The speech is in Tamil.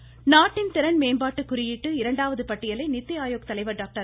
ராஜீவ்குமார் நாட்டின் திறன் மேம்பாட்டு குறியீட்டு இரண்டாவது பட்டியலை நித்தி ஆயொக் தலைவர் டாக்டர்